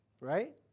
Right